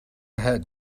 ahead